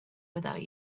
without